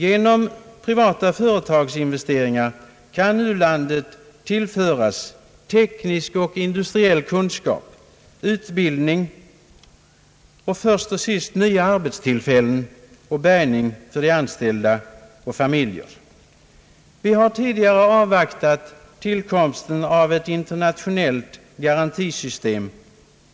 Genom privata företags investeringar kan u-landet tillföras teknisk och industriell kunskap, utbildning och först och sist nya arbetstillfällen, bärgning för de anställda och deras familjer. Vi har tidigare avvaktat tillkomsten av ett internationellt garantisystem.